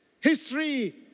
history